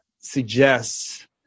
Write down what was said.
suggests